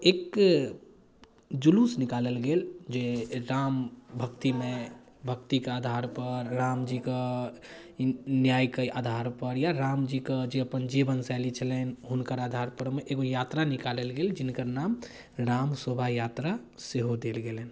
एक जुलूस निकालल गेल जे राम भक्तिमय भक्तिके आधारपर रामजीके न्यायके आधारपर या रामजीके जे अपन जीवनशैली छलनि हुनकर आधारपरमे एगो यात्रा निकालल गेल जिनकर नाम राम शोभायात्रा सेहो देल गेलनि